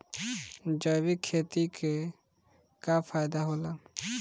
जैविक खेती क का फायदा होला?